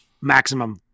maximum